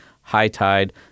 high-tide